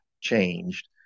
changed